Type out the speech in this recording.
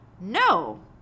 No